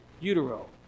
utero